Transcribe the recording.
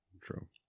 True